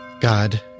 God